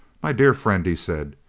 my dear friend, he said,